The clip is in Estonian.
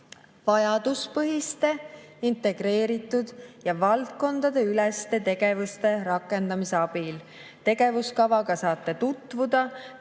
vajaduspõhiste, integreeritud ja valdkondadeüleste tegevuste rakendamise abil. Tegevuskavaga saate tutvuda.